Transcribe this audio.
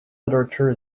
literature